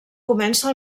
comença